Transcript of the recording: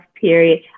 period